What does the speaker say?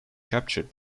captured